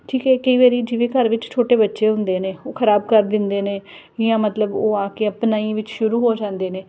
ਠੀਕ ਹੈ ਕਈ ਵਾਰ ਜਿਵੇਂ ਘਰ ਵਿੱਚ ਛੋਟੇ ਬੱਚੇ ਹੁੰਦੇ ਨੇ ਉਹ ਖਰਾਬ ਕਰ ਦਿੰਦੇ ਨੇ ਜਾਂ ਮਤਲਬ ਉਹ ਆ ਕੇ ਆਪਣਾ ਹੀ ਵਿੱਚ ਸ਼ੁਰੂ ਹੋ ਜਾਂਦੇ ਨੇ